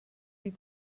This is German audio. die